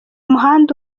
muhanda